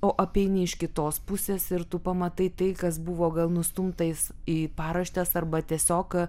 o apeini iš kitos pusės ir tu pamatai tai kas buvo gal nustumtas į paraštes arba tiesiog